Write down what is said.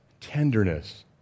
tenderness